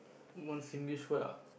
one Singlish word ah